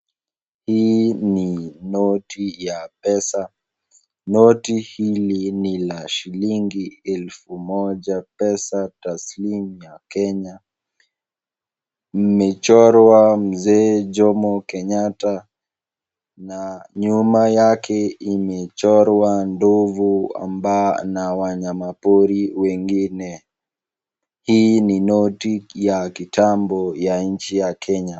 Hii ni noti ya pesa. Noti hili ni la shilingi elfu moja, pesa taslimu ya Kenya. Imechorwa mzee Jomo Kenyatta na nyuma yake imechorwa ndovu na wanyama pori wengine. Hii ni noti ya kitambo ya nchi ya Kenya.